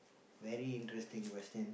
very interesting question